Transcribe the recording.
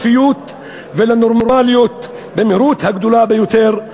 חזרה לשפיות ולנורמליות במהירות הגדולה ביותר.